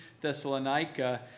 Thessalonica